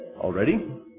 already